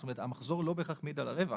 זאת אומרת המחזור לא בהכרח מעיד על הרווח.